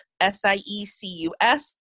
S-I-E-C-U-S